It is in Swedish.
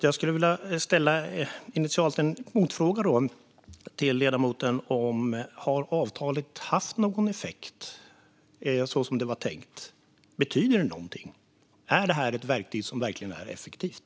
Jag skulle därför initialt vilja ställa en motfråga till ledamoten: Har avtalet haft någon effekt så som det var tänkt? Betyder det någonting? Är det ett verktyg som verkligen är effektivt?